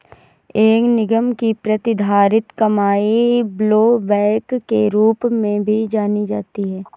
एक निगम की प्रतिधारित कमाई ब्लोबैक के रूप में भी जानी जाती है